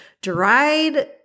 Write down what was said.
dried